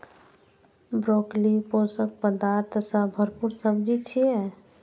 broccoli पोषक पदार्थ सं भरपूर सब्जी छियै